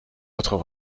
autres